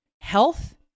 Health